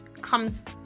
comes